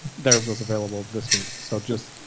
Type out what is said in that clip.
theirs was available this week, so just.